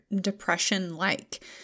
depression-like